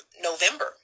November